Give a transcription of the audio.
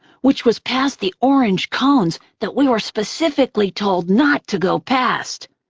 which was past the orange cones that we were specifically told not to go past.